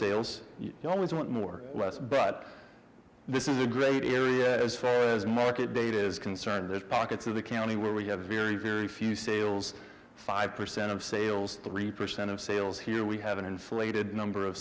sales you always want more or less but this is a great area as far as market data is concerned there's pockets of the county where we have a very very few sales five percent of sales three percent of sales here we have an inflated number of